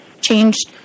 changed